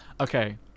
okay